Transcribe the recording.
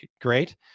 great